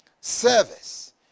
service